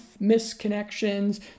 misconnections